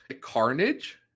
Carnage